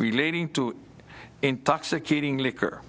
relating to intoxicating liquor